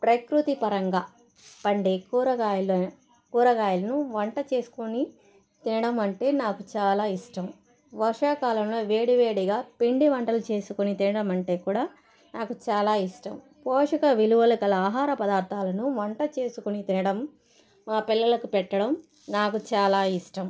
ప్రకృతి పరంగా పండే కూరగాయల కూరగాయల్ను వంట చేస్కొని తినడం అంటే నాకు చాలా ఇష్టం వర్షాకాలంలో వేడివేడిగా పిండి వంటలు చేసుకొని తినడం అంటే కూడా నాకు చాలా ఇష్టం పోషక విలువల గల ఆహార పదార్థాలను వంట చేసుకొని తినడం మా పిల్లలకు పెట్టడం నాకు చాలా ఇష్టం